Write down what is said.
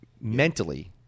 mentally